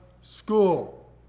school